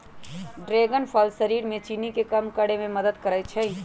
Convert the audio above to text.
dragon फल शरीर में चीनी के कम करे में मदद करई छई